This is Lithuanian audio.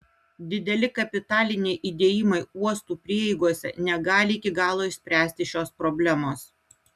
dideli kapitaliniai įdėjimai uostų prieigose negali iki galo išspręsti šios problemos